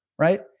Right